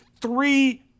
three